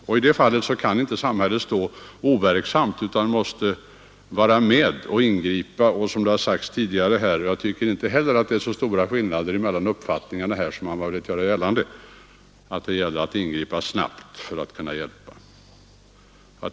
I det fallet kan inte samhället stå overksamt utan måste vara med och ingripa. Jag tycker inte att det råder så stora skillnader i uppfattningarna som man har velat göra gällande här — vi är väl överens om att man måste ingripa snabbt för att kunna hjälpa.